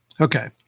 Okay